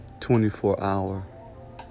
24-hour